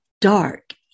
dark